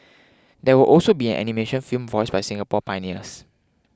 there will also be an animation film voiced by Singapore pioneers